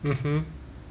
mmhmm